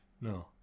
No